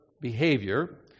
behavior